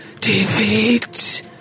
defeat